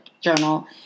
journal